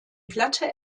platte